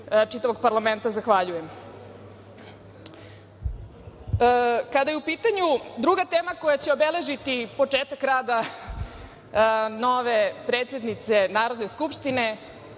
čitavog parlamenta zahvaljujem. Kada je u pitanju druga tema koja će obeležiti početak rada nove predsednice Narodne skupštine,